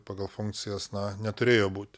pagal funkcijas na neturėjo būti